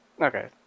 Okay